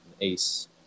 ace